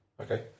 Okay